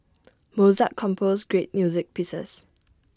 Mozart composed great music pieces